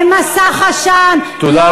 הם מסך עשן, אתם מסתתרים מאחורי החברתי, תודה רבה.